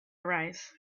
arise